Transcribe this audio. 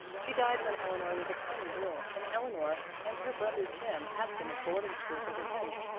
she died when eleanor was a tiny girl, and eleanor and her brother jim have been at boarding schools ever since.